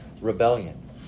rebellion